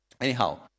Anyhow